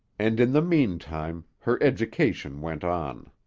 and, in the meantime, her education went on.